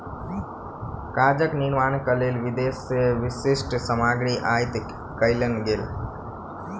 कागजक निर्माणक लेल विदेश से विशिष्ठ सामग्री आयात कएल गेल